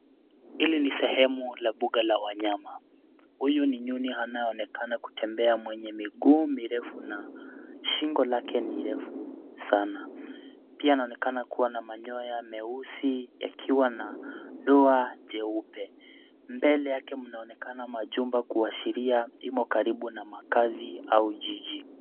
Hili ni sehemu la buga la wanyama. Huyu ni nyuni anayeonekana kutembea mwenye miguu mirefu na shingo lake ni refu sana. Pia anaonekana kuwa na manyoya meusi yakiwa na doa jeupe. Mbele yake mnaonekana majumba kuashiria imo karibu na makazi au jiji.